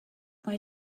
why